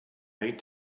bank